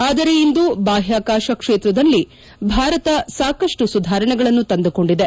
ಆದರೆ ಇಂದು ಬಾಹ್ಕಾಕಾಶ ಕ್ಷೇತ್ರದಲ್ಲಿ ಭಾರತ ಸಾಕಷ್ಟು ಸುಧಾರಣೆಗಳನ್ನು ತಂದುಕೊಂಡಿದೆ